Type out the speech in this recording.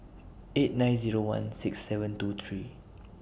eight nine Zero one six seven two three